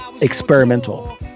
experimental